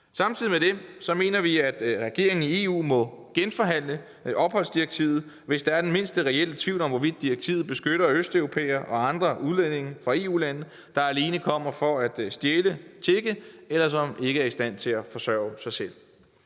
Samtidig med det mener vi, at regeringen i EU må genforhandle opholdsdirektivet, hvis der er den mindste reelle tvivl om, hvorvidt direktivet beskytter østeuropæere og andre udlændinge fra EU-lande, der alene kommer for at stjæle og tigge, eller som ikke er i stand til at forsørge sig selv.